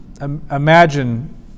imagine